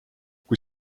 kui